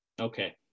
Okay